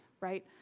right